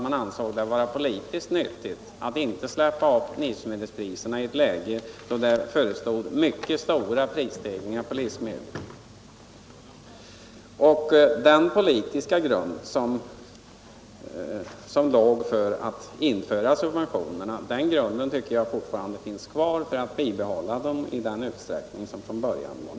Man ansåg det vara politiskt nyttigt att inte släppa upp livsmedelspriserna i en situation då det förestod mycket stora prisstegringar på livsmedel. Den politiska grund som fanns för att införa subventionerna finns fortfarande kvar. Det talar för att bibehålla dem i den utsträckning de hade från början.